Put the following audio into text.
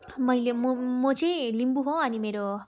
मैले म म चाहिँ लिम्बू हो अनि मेरो